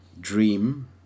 dream